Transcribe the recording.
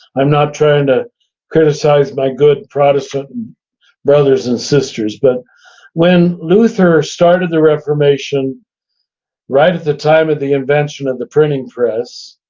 i'm not trying to criticize my good protestant brothers and sisters, but when luther started the reformation right at the time of the invention of the printing press,